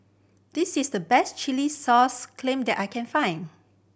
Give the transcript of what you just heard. this is the best chilli sauce clams that I can find